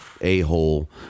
A-hole